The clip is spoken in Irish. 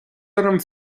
orm